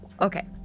okay